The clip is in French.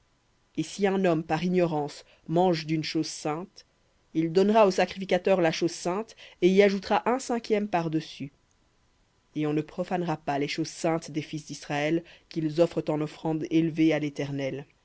et si un homme par ignorance mange d'une chose sainte il donnera au sacrificateur la chose sainte et y ajoutera un cinquième par-dessus et on ne profanera pas les choses saintes des fils d'israël qu'ils offrent en offrande élevée à l'éternel